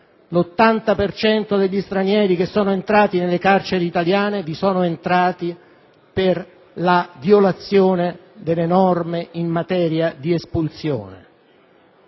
cento degli stranieri che sono entrati nelle carceri italiane vi sono entrati per la violazione delle norme in materia di espulsione.